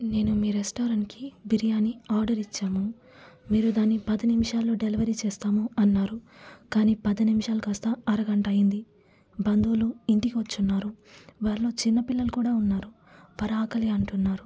నేను మీ రెస్టారెంట్కి బిర్యానీ ఆర్డర్ ఇచ్చాము మీరు దాన్ని పది నిమిషాల్లో డెలివరీ చేస్తాము అన్నారు కాని పది నిమిషాలు కాస్త అరగంట అయ్యింది బంధువులు ఇంటికి వచ్చి ఉన్నారు వారిలో చిన్న పిల్లలు కూడా ఉన్నారు వారు ఆకలి అంటున్నారు